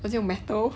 我只有 metal